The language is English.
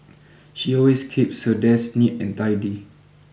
she always keeps her desk neat and tidy